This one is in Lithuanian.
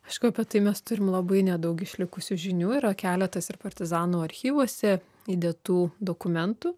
aišku apie tai mes turim labai nedaug išlikusių žinių yra keletas ir partizanų archyvuose įdėtų dokumentų